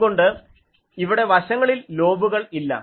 അതുകൊണ്ട് ഇവിടെ വശങ്ങളിൽ ലോബുകൾ ഇല്ല